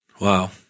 Wow